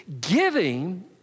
Giving